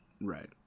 Right